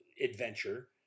adventure